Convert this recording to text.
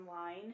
online